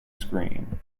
screen